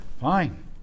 fine